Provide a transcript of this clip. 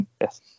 Yes